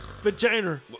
Vagina